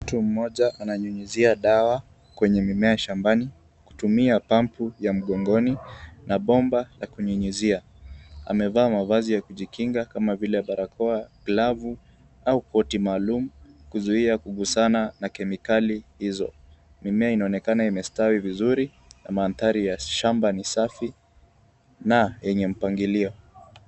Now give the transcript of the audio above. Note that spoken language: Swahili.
Mtu mmoja anayunyuzia dawa kwenye mimea shambani kutumia pampu ya mgongoni na bomba ya kunyunyuzia. Amevaa mavazi ya kujikinga kama vile barakoa, glavu au koti maalum kuzuia kugusana na kemikali hizo. Mimea inaonekana imestawi vizuri na mandhaari ya shamba ni safi na yenye mpangilio.